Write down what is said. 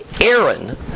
Aaron